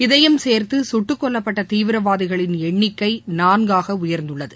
இதையும் சேர்த்து கட்டுக்கொல்லப்பட்ட தீவிரவாதிகளின் எண்ணிக்கை நான்காக உயா்ந்துள்ளது